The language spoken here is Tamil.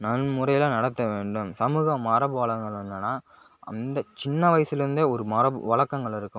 நன்முறையில் நடத்த வேண்டும் சமூக மரபு வளங்கள் என்னென்னால் அந்த சின்ன வயசுலிருந்தே ஒரு மரபு வழக்கங்கள் இருக்கும்